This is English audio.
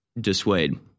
dissuade